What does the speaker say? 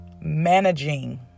managing